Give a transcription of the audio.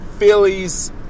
Phillies